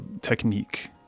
technique